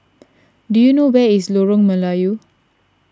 do you know where is Lorong Melayu